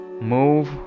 move